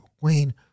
Wayne